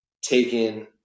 taken